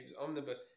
omnibus